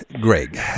Greg